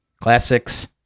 classics